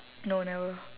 no never